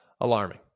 alarming